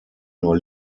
nur